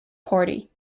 party